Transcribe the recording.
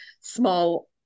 small